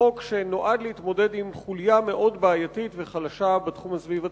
חוק זה נועד להתמודד עם חוליה מאוד בעייתית וחלשה בתחום הסביבתי,